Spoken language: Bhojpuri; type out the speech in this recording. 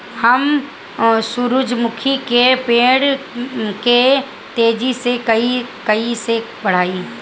हम सुरुजमुखी के पेड़ के तेजी से कईसे बढ़ाई?